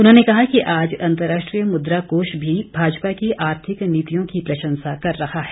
उन्होंने कहा कि आज अंतर्राष्ट्रीय मुद्रा कोष भी भाजपा की आर्थिक नीतियों की प्रशंसा कर रहा है